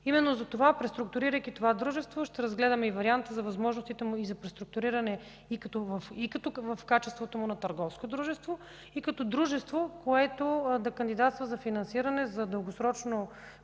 ресурс. Затова преструктурирайки това дружество, ще разгледаме варианта за възможностите за преструктурирането му и в качествата му на търговско дружество, и като дружество, което да кандидатства за дългосрочно